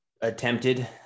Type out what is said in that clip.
attempted